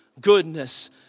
goodness